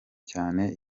cyane